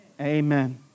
Amen